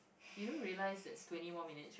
you don't realise it's twenty more minutes